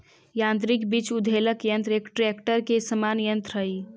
यान्त्रिक वृक्ष उद्वेलक यन्त्र एक ट्रेक्टर के समान यन्त्र हई